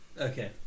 Okay